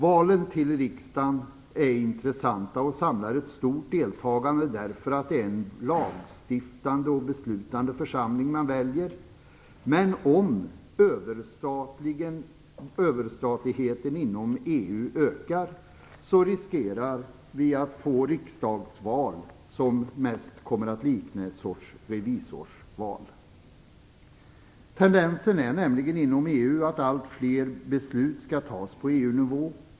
Valen till riksdagen är intressanta och samlar ett stort deltagande därför att det är en lagstiftande och beslutande församling som man väljer. Men om överstatligheten inom EU ökar riskerar vi att få riksdagsval som mest kommer att likna en sorts revisorsval. Tendensen inom EU är nämligen att allt fler beslut skall fattas på EU-nivå.